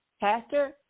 Pastor